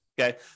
okay